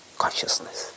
consciousness